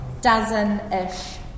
dozen-ish